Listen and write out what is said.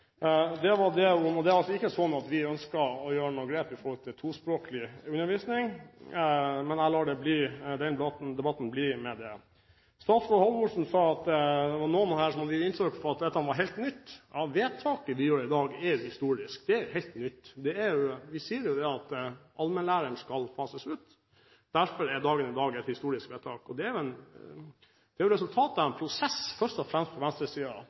Vi ønsker ikke å gjøre noen grep når det gjelder tospråklig undervisning, men jeg lar den debatten ligge nå. Statsråd Halvorsen sa at det var noen her som ga inntrykk av at dette var helt nytt. Ja, vedtaket vi gjør i dag, er historisk – det er helt nytt. Vi sier at allmennlæreren skal fases ut, og derfor er dagens vedtak historisk. Dette er resultatet av en prosess, først og fremst på venstresiden. At statsråden ikke vil gå i seg selv og ta selvkritikk på